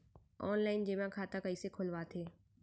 Online जेमा खाता कइसे खोलवाथे?